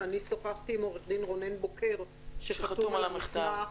שאני שוחחתי עם עורך-דין רונן בוקר שחתום על המסמך.